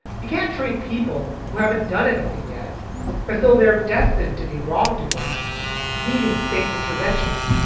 you can't treat people who haven't done anything yet as though they're destined to be wrongdoers needing state intervention.